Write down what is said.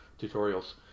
tutorials